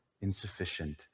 Insufficient